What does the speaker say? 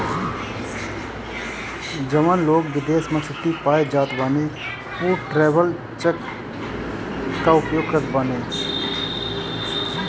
जवन लोग विदेश में छुट्टी पअ जात बाने उ ट्रैवलर चेक कअ उपयोग करत बाने